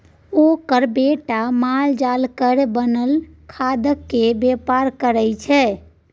ओकर बेटा मालजालक बनल खादकेर बेपार करय छै